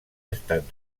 estat